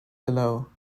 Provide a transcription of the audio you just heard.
below